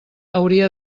hauria